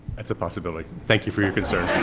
that's a possibility. thank you for your concern.